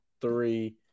three